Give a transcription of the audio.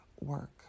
work